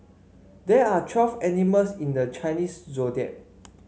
there are twelve animals in the Chinese Zodiac